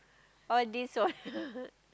all these wallet